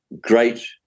great